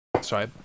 Sorry